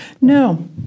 No